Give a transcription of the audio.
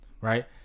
right